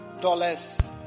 dollars